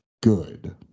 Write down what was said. good